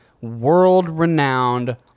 world-renowned